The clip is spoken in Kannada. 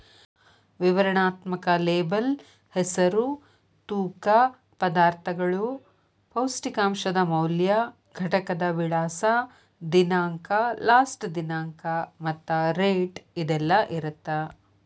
ವಿವರಣಾತ್ಮಕ ಲೇಬಲ್ ಹೆಸರು ತೂಕ ಪದಾರ್ಥಗಳು ಪೌಷ್ಟಿಕಾಂಶದ ಮೌಲ್ಯ ಘಟಕದ ವಿಳಾಸ ದಿನಾಂಕ ಲಾಸ್ಟ ದಿನಾಂಕ ಮತ್ತ ರೇಟ್ ಇದೆಲ್ಲಾ ಇರತ್ತ